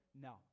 No